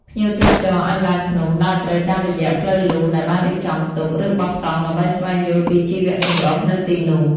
ភ្ញៀវទេសចរអាចឡើងភ្នំ ដើរព្រៃតាមរយៈផ្លូវលំដែលបានរៀបចំទុក ឬបោះតង់ដើម្បីស្វែងយល់ពីជីវៈចម្រុះនៅទីនោះ។